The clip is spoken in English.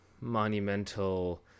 monumental